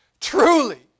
truly